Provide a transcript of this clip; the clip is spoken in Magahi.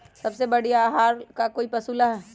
सबसे बढ़िया आहार का होई पशु ला?